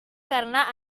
karena